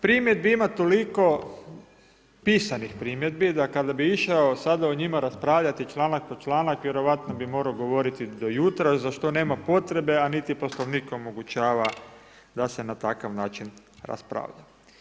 Primjedbi ima toliko, pisanih primjedbi da kada bi išao sada o njima raspravljati članak po članak vjerojatno bih morao govoriti do jutra za što nema potrebe a niti Poslovnik omogućava da se na takav način raspravlja.